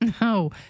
No